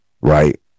right